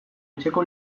etxeko